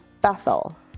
bethel